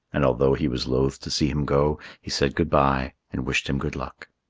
and although he was loath to see him go, he said good-bye and wished him good luck.